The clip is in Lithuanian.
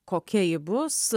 kokia ji bus